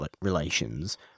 relations